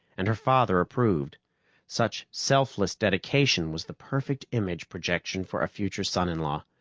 and her father approved such selfless dedication was the perfect image projection for a future son-in-law.